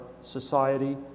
society